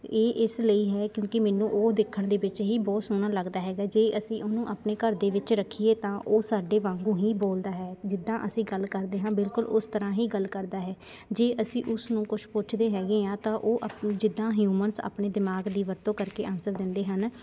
ਇਹ ਇਸ ਲਈ ਹੈ ਕਿਉਂਕਿ ਮੈਨੂੰ ਉਹ ਦੇਖਣ ਦੇ ਵਿੱਚ ਹੀ ਬਹੁਤ ਸੋਹਣਾ ਲੱਗਦਾ ਹੈਗਾ ਜੇ ਅਸੀਂ ਉਹਨੂੰ ਆਪਣੇ ਘਰ ਦੇ ਵਿੱਚ ਰੱਖੀਏ ਤਾਂ ਉਹ ਸਾਡੇ ਵਾਂਗੂ ਹੀ ਬੋਲਦਾ ਹੈ ਜਿੱਦਾਂ ਅਸੀਂ ਗੱਲ ਕਰਦੇ ਹਾਂ ਬਿਲਕੁਲ ਉਸ ਤਰ੍ਹਾਂ ਹੀ ਗੱਲ ਕਰਦਾ ਹੈ ਜੇ ਅਸੀਂ ਉਸਨੂੰ ਕੁਛ ਪੁੱਛਦੇ ਹੈਗੇ ਹਾਂ ਤਾਂ ਉਹ ਆਪ ਜਿੱਦਾਂ ਹਿਊਮਨਸ ਆਪਣੇ ਦਿਮਾਗ ਦੀ ਵਰਤੋਂ ਕਰਕੇ ਆਨਸਰ ਦਿੰਦੇ ਹਨ